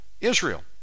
Israel